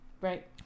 right